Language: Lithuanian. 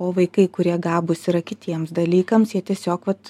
o vaikai kurie gabūs yra kitiems dalykams jie tiesiog vat